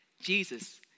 Jesus